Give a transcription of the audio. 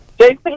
Jason